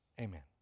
Amen